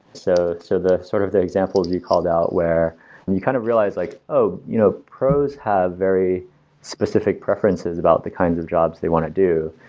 so so sort of the example that you called out where and you kind of realize like, oh, you know pros have very specific preferences about the kind of jobs they want to do,